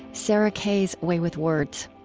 sarah kay's way with words.